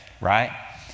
right